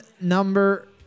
number